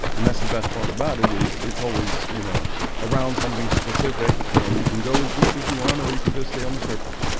and that's the best part about it is it's always you know around something specific and you can go as deep as you want or you can just stay on the surface.